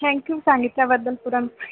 thank you सांगितल्याबद्दल पुरणपोळी